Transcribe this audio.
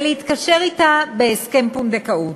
ולהתקשר אתה בהסכם פונדקאות.